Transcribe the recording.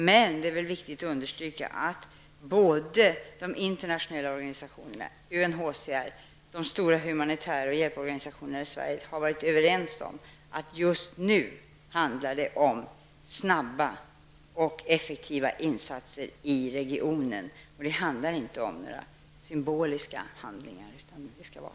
Men det är viktigt att understryka att både de internationella organisationerna, UNHCR och de stora humanitära hjälporganisationerna i Sverige har varit överens om att det just nu handlar om snabba och effektiva insatser i regionen. Det är inte fråga om några symboliska handlingar utan om aktiva insatser.